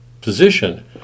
position